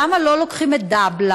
למה לא לוקחים את דבל"א,